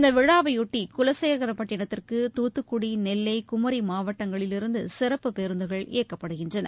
இந்த விழாவையொட்டி குலசேகரப்பட்டினத்துக்கு துத்துக்குடி நெல்லை குமி மாவட்டங்களிலிருந்து சிறப்பு பேருந்துகள் இயக்கப்படுகின்றன